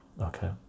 Okay